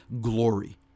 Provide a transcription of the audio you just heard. glory